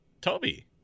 toby